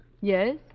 Yes